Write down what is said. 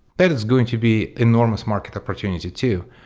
that is going to be enormous market opportunity too,